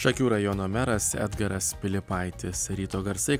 šakių rajono meras edgaras pilypaitis ryto garsai